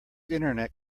internet